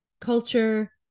culture